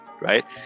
right